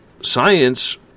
science